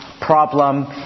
problem